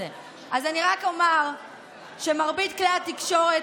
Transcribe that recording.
אני רק אומר שמרבית כלי התקשורת,